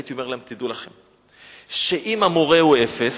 הייתי אומר להם: תדעו לכם, אם המורה הוא אפס,